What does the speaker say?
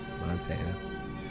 Montana